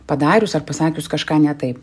padarius ar pasakius kažką ne taip